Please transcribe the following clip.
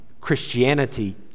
Christianity